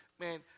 man